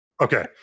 Okay